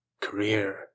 career